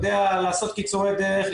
יודע לעשות קיצורי דרך,